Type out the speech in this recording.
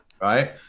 right